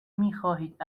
میخواهید